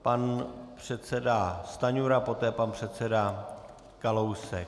Pan předseda Stanjura, poté pan předseda Kalousek.